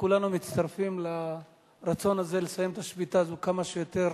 וכולנו מצטרפים לרצון הזה לסיים את השביתה הזאת כמה שיותר